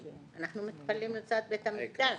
אנחנו מתפללים לצד בית המקדש.